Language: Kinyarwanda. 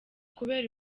kubera